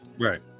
right